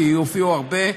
כי הופיעו הרבה,